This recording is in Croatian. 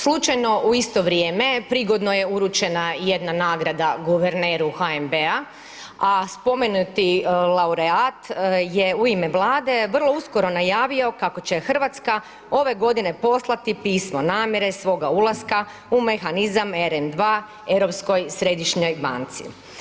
Slučajno u isto vrijeme prigodno je uručena i jedna nagrada guverneru HNB-a a spomenuti laureat je u me Vlade vrlo uskoro najavio kako će Hrvatska ove godine poslati pismo namjere svoga ulaska u mehanizam RN2, Europskoj središnjoj banci.